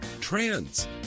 trans